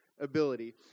Ability